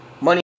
money